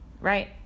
right